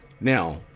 Now